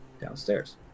downstairs